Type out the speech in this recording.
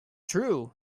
true